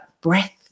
breath